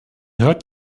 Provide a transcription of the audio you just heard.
hört